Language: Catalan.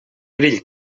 grill